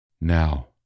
Now